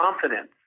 confidence